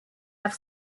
have